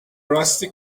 rusty